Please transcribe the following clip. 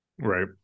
Right